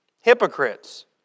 hypocrites